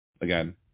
again